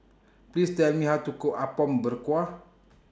Please Tell Me How to Cook Apom Berkuah